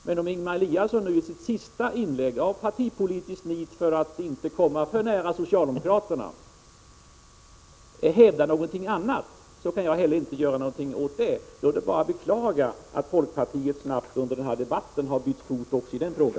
Men om nu Ingemar Eliasson i sitt sista inlägg av partipolitiskt nit, för att inte komma för nära socialdemokraterna, hävdar något annat, kan jag inte heller göra något åt det. Det är bara att beklaga att folkpartiet snabbt under den här debatten bytt fot också i denna fråga.